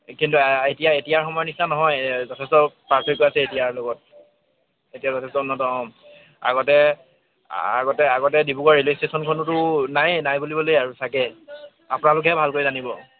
কিন্তু এতিয়া এতিয়াৰ সময় নিচনা নহয় যথেষ্ট পাৰ্থক্য আছে এতিয়াৰ লগত এতিয়া যথেষ্ট উন্নত অ' আগতে আগতে আগতে ডিব্ৰুগড় ৰে'লৱে' ষ্টেচনখনতো নায়ে নাই বুলিবলৈ আৰু চাগে আপোনালোকে ভালকৈ জানিব